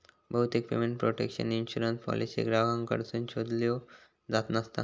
बहुतेक payment protection insurance policy ग्राहकांकडसून शोधल्यो जात नसता